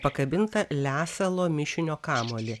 pakabintą lesalo mišinio kamuolį